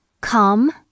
come